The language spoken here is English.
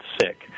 sick